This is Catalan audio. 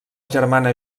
germana